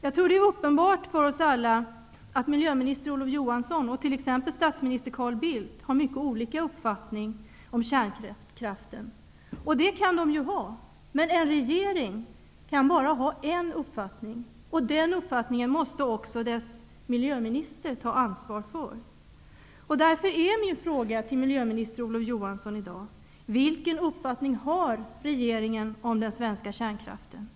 Det är uppenbart för oss alla att miljöminister Olof Johansson och t.ex. statsminister Carl Bildt har mycket olika uppfattningar om kärnkraften. Det kan de ha. Men en regering kan bara ha en uppfattning, och den uppfattningen måste också dess miljöminister ta ansvar för. Därför är min fråga till miljöminister Olof Johansson i dag: Vilken uppfattning har regeringen om den svenska kärnkraften?